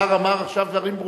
השר אמר עכשיו דברים ברורים.